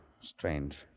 strange